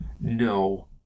no